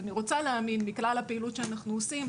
אני רוצה להאמין מכלל הפעילות שאנחנו עושים,